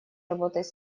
работать